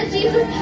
Jesus